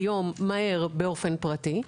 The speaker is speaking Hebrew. מהר ובאופן פרטי.